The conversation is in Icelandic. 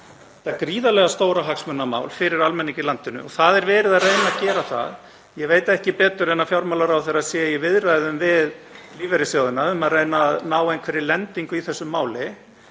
þetta gríðarlega stóra hagsmunamál fyrir almenning í landinu og það er verið að reyna að gera það. Ég veit ekki betur en fjármálaráðherra sé í viðræðum við lífeyrissjóðina um að reyna að ná einhverri lendingu í þessu máli.